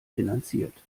finanziert